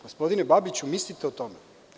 Gospodine Babiću, mislite o tome.